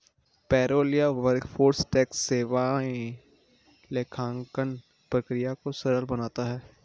payroll या workforce tax सेवाएं लेखांकन प्रक्रिया को सरल बनाता है